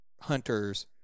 hunters